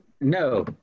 No